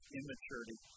immaturity